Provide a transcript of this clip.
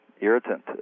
irritant